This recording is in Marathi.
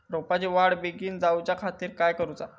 रोपाची वाढ बिगीन जाऊच्या खातीर काय करुचा?